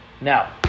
Now